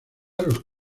los